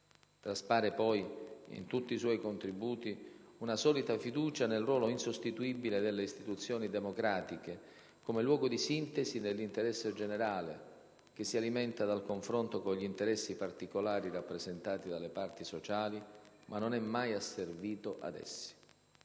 Traspare poi, in tutti i suoi contributi, una solida fiducia nel ruolo insostituibile delle istituzioni democratiche, come luogo di sintesi dell'interesse generale, che si alimenta dal confronto con gli interessi particolari rappresentati dalle parti sociali, ma non è mai asservito ad essi.